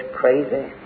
crazy